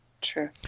True